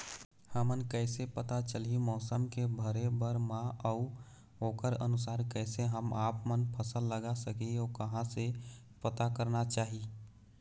हमन कैसे पता चलही मौसम के भरे बर मा अउ ओकर अनुसार कैसे हम आपमन फसल लगा सकही अउ कहां से पता करना चाही?